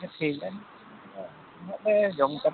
ᱴᱷᱤᱠ ᱜᱮᱭᱟ ᱩᱱᱟᱹᱜ ᱞᱮ ᱡᱚᱢ ᱠᱟᱫᱟ